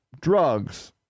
drugs